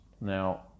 Now